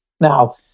now